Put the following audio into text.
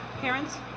Parents